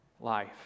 life